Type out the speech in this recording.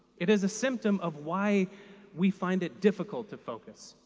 it is a symptom of why we find it difficult to focus,